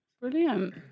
brilliant